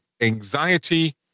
anxiety